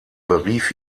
berief